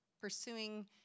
pursuing